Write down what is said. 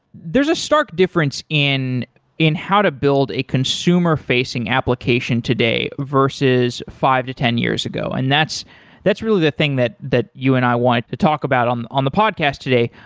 there's a stark difference in in how to build a consumer-facing application today, versus five to ten years ago. and that's that's really the thing that that you and i want to talk about on on the podcast today.